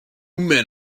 men